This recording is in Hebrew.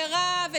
ברהב,